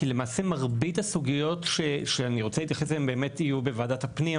כי למעשה מרבית הסוגיות שאני רוצה להתייחס אליהן יהיו בוועדת הפנים,